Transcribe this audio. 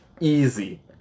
easy